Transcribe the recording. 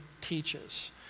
teaches